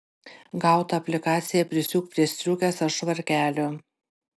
gautą aplikaciją prisiūk prie striukės ar švarkelio